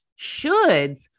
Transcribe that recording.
shoulds